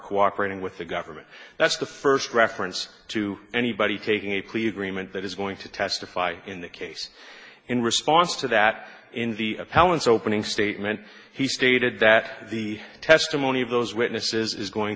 cooperating with the government that's the first reference to anybody taking a plea agreement that is going to testify in the case in response to that in the appellants opening statement he stated that the testimony of those witnesses is going